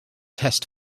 test